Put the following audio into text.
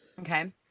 Okay